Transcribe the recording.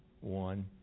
one